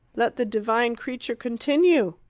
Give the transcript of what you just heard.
let the divine creature continue.